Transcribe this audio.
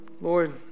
Lord